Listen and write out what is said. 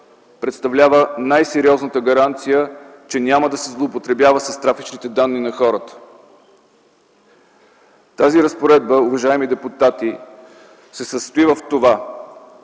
представлява най-сериозната гаранция, че няма да се злоупотребява с трафичните данни на хората. Тази разпоредба, уважаеми депутати, се състои в това,